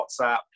WhatsApp